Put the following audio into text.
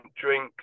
drink